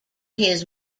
his